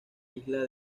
isla